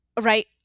right